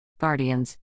Guardians